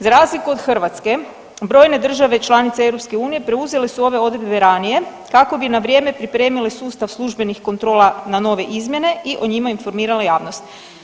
Za razliku od Hrvatske brojne države članice EU preuzele su ove odredbe ranije kako bi na vrijeme pripremile sustav službenih kontrola na nove izmjene i o njima informirale javnost.